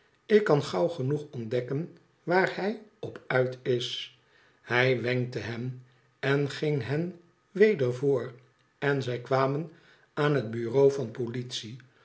ik kan gauw genoeg ontdekken waar hij op uit is hij wenkte hen en ging hen weder voor en zij kwamen aan het bureau van politie